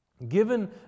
Given